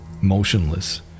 Motionless